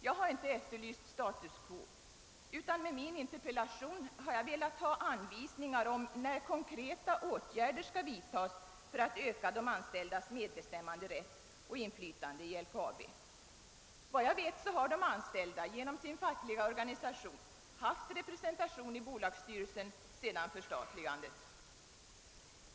Jag har inte efterlyst status quo, utan med min interpellation har jag velat ha upplysning om när konkreta åtgärder skall vidtas för att öka de anställdas medbestämmanderätt och inflytande i LKAB. Såvitt jag vet har de anställda genom sin fackliga organisation haft representation i bolagsstyrelsen sedan förstatligandet.